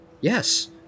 Yes